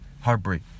heartbreak